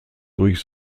durch